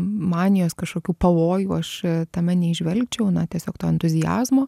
manijos kažkokių pavojų aš tame neįžvelgčiau na tiesiog to entuziazmo